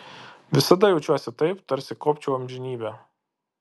visada jaučiuosi taip tarsi kopčiau amžinybę